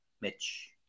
Mitch